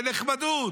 בנחמדות.